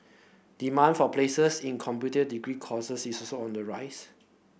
demand for places in computing degree courses is also on the rise